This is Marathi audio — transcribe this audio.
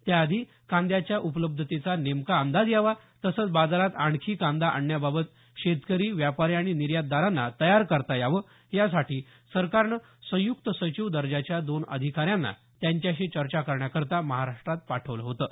त्याआधी कांद्याच्या उपलब्धतेचा नेमका अंदाज यावा तसंच बाजारात आणखी कांदा आणण्याबाबत शेतकरी व्यापारी आणि निर्यातदारांना तयार करता यावं यासाठी सरकारनं संयुक्त सचिव दर्जाच्या दोन अधिकाऱ्यांना त्यांच्याशी चर्चा करण्याकरता महाराष्ट्रात पाठवलं होतं